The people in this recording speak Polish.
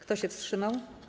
Kto się wstrzymał?